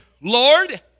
Lord